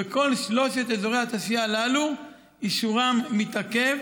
וכל שלושת אזורי התעשייה הללו, אישורם מתעכב